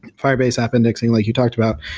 firebase app indexing like you talked about,